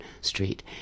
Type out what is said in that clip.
Street